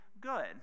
good